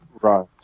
Right